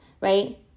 right